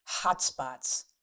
hotspots